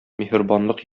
миһербанлык